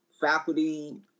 faculty